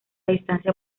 distancia